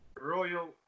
Royal